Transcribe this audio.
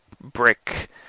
brick